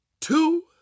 two